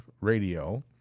radio